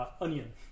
.onion